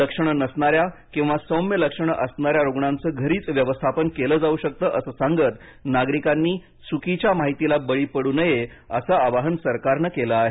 लक्षणे नसणाऱ्या किंवा सौम्य लक्षणे असणाऱ्या रुग्णांचं घरीच व्यवस्थापन केलं जाऊ शकते असं सांगत नागरिकांनी चुकीच्या माहितीला बळी पडू नये असं आवाहन सरकारनं केलं आहे